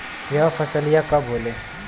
यह फसलिया कब होले?